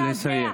נא לסיים.